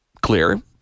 Clear